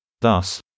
Thus